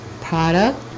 product